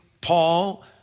Paul